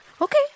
Okay